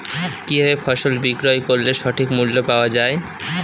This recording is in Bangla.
কি ভাবে ফসল বিক্রয় করলে সঠিক মূল্য পাওয়া য়ায়?